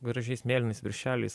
gražiais mėlynais viršeliais